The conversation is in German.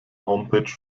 homepage